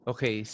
Okay